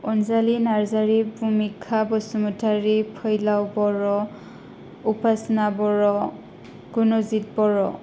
अनजालि नार्जारि भुमिखा बसुमतारि फैलाव बर' उपास्ना बर' गुनुजिथ बर'